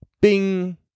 bing